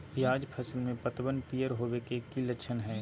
प्याज फसल में पतबन पियर होवे के की लक्षण हय?